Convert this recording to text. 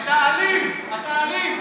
אתה אלים, אתה אלים.